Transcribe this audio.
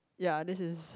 ya this is